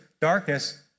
darkness